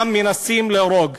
גם מנסים להרוג.